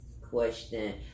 question